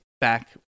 back